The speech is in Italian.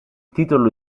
titolo